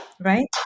right